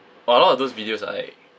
on a lot of those videos ah like